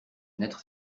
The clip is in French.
fenêtre